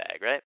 right